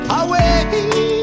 away